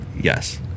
Yes